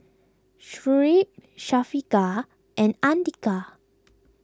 Shuib Syafiqah and andika